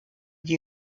die